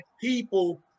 people